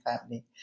family